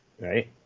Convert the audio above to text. right